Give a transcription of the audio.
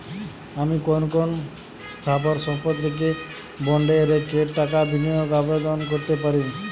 আমি কোন কোন স্থাবর সম্পত্তিকে বন্ডে রেখে টাকা বিনিয়োগের আবেদন করতে পারি?